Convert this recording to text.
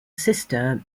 sister